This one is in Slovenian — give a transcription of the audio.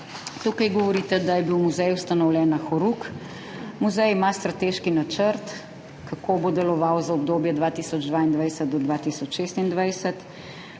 Tukaj govorite, da je bil muzej ustanovljen na horuk. Muzej ima strateški načrt, kako bo deloval za obdobje 2022–2026.